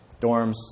dorms